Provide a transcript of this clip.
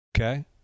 Okay